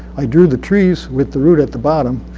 i drew the trees with the root at the bottom.